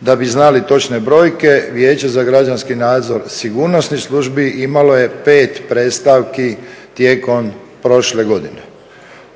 Da bi znali točne brojke Vijeće za građanski nadzor sigurnosnih službi imalo je pet predstavki tijekom prošle godine.